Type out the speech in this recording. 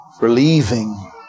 Relieving